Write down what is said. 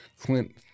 Clint